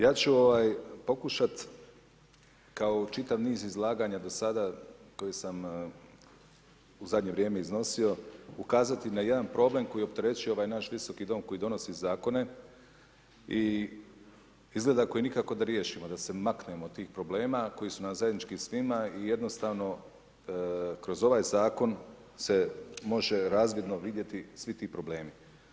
Ja ću pokušat kao u čitav niz izlaganja do sada koje sam u zadnje vrijeme iznosio, ukazati na jedan problem koji opterećuje ovaj naš Visoki dom koji donosi zakone i izgleda koji nikako da riješimo, da se maknemo od tih problema koji su nam zajednički svima i jednostavno kroz ovaj zakon sve može razvidno vidjeti svi ti problemi.